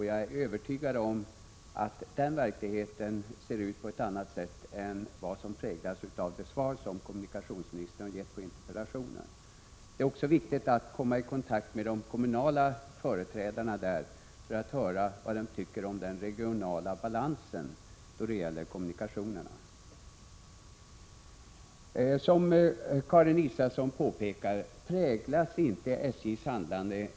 Jag är övertygad om att den verkligheten ser ut på ett annat sätt än vad som framgår av det svar kommunikationsministern har gett på interpellationen. Det är också viktigt att komma i kontakt med de kommunala företrädarna i Norrland för att höra vad de tycker om den regionala balansen då det gäller kommunikationerna. Som Karin Israelsson påpekade präglas inte SJ:s handlande, med indrag — Prot.